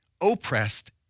oppressed